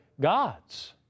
gods